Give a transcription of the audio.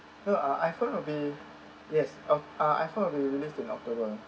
her uh Iphone will be yes of uh Iphone will be released in october